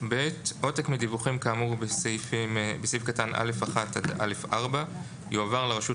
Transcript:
(ב)עותק מדיווחים כאמור בסעיף קטן (א) עד (א4) יועבר לרשות